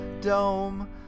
dome